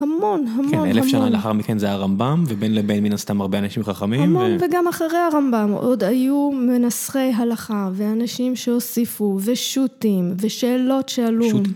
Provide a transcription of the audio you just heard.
המון, המון, המון. כן, אלף שנה לאחר מכן זה הרמב'ם, ובין לבין מן הסתם הרבה אנשים חכמים. המון, וגם אחרי הרמב'ם עוד היו מנסחי הלכה, ואנשים שהוסיפו, ושוטים, ושאלות שאלו. שוטים?